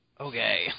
Okay